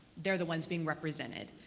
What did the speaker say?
they're the ones being represented.